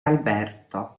alberto